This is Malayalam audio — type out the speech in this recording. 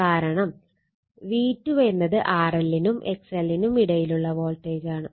കാരണം V2 എന്നത് RL നും XL നും ഇടയ്ക്കുള്ള വോൾട്ടേജാണ്